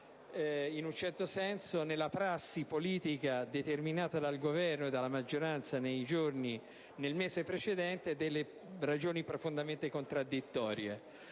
in un certo senso, nella prassi politica determinata dal Governo e dalla maggioranza nel mese precedente, delle ragioni profondamente contraddittorie.